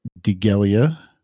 Degelia